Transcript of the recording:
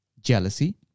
jealousy